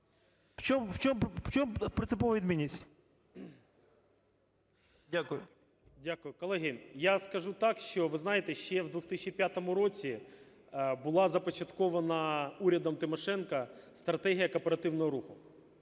У чому принципова відмінність? Дякую. 17:09:52 ІВЧЕНКО В.Є. Дякую. Колеги, я скажу так, що ви знаєте, ще в 2005 році була започаткована урядом Тимошенко стратегія кооперативного руху.